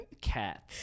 Cats